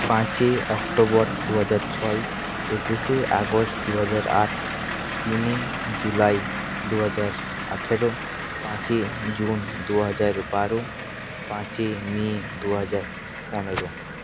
পাঁচই অক্টোবর দু হাজার ছয় একুশে আগস্ট দু হাজার আট তিনই জুলাই দু হাজার আঠেরো পাঁচই জুন দু হাজার বারো পাঁচই মে দু হাজার পনেরো